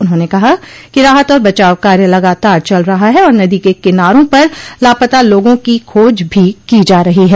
उन्होंने कहा कि राहत और बचाव कार्य लगातार चल रहा है और नदी के किनारों पर लापता लोगों की खोज भी की जा रही है